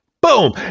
Boom